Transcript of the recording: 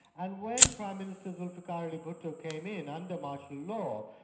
and when prime minister zulfikar ali bhutto cane in under martial law,